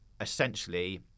essentially